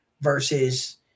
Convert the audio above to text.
versus